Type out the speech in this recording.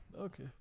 Okay